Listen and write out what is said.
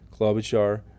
Klobuchar